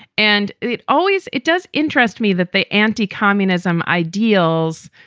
and it always it does interest me that they anticommunism, ideals,